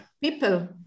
People